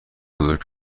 بزرگ